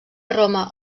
roma